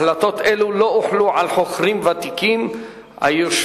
החלטות אלה לא הוחלו על חוכרים ותיקים היושבים